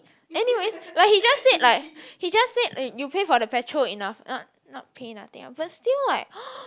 anyways like he just say like he just said eh you pay for the petrol enough not not pay nothing ah but still like